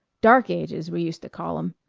dark ages, we used to call em.